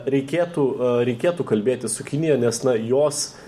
reikėtų reikėtų kalbėtis su kinija nes na jos